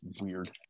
weird